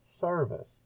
service